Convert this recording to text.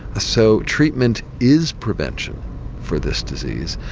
so treatment is prevention for this disease,